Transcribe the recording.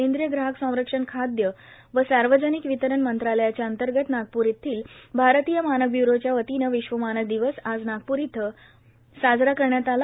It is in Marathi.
केंद्रीय ग्राहक संरक्षण खाद्य व सार्वजनिक वितरण मंत्रालयाच्या अंतर्गत नागपूर येथील भारतीय मानक ब्यूरोच्या वतीने विश्व मानक दिवस आज नागपूर इथं साजरा करण्यात आला